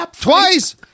Twice